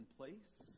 place